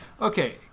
Okay